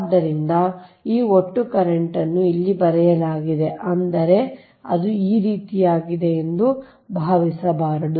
ಆದ್ದರಿಂದ ಈ ಒಟ್ಟು ಕರೆಂಟ್ನ್ನು ಇಲ್ಲಿ ಬರೆಯಲಾಗಿದೆ ಎಂದರೆ ಅದು ಈ ರೀತಿಯದ್ದಾಗಿದೆ ಎಂದು ಭಾವಿಸಬಾರದು